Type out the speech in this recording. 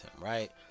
Right